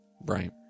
Right